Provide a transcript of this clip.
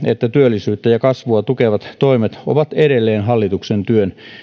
että työllisyyttä ja kasvua tukevat toimet ovat edelleen hallituksen työn